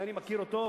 אני מכיר אותו,